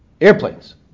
Airplanes